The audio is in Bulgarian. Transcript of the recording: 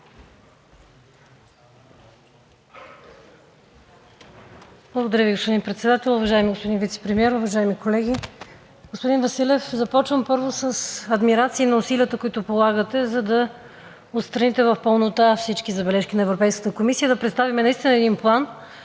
Благодаря Ви господин Председател. Уважаеми господин Вицепремиер, уважаеми колеги! Господин Василев, започвам първо с адмирации на усилията, които полагате, за да отстраните в пълнота всички забележки на Европейската комисия, и да представим наистина един план,